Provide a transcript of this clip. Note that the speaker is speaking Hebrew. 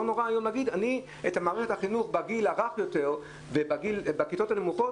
לא נורא אם נגיד שאת מערכת החינוך בגיל הרך ובכיתות הנמוכות,